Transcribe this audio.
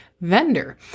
vendor